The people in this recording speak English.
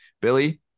Billy